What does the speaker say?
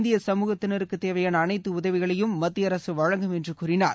இந்திய சமூகத்தினருக்குத் தேவையான அனைத்து உதவிகளையும் மத்திய அரசு வழங்கும் என்று கூறினார்